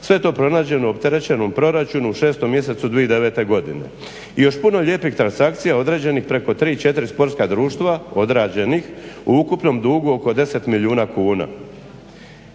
je to pronađeno u opterećenom proračunu u 6.mjesecu 2009.godine i još puno lijepih transakcija određenih preko 3, 4 odrađenih u ukupnom dugu oko 10 milijuna kuna.